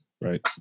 Right